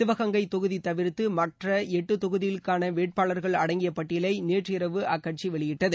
சிவகங்கை தொகுதி தவிர்த்து மற்ற எட்டு தொகுதிகளுக்கான வேட்பாளர்கள் அடங்கிய பட்டியலை நேற்று இரவு அக்கட்சி வெளியிட்டது